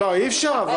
אני לא מבין מאיפה זה.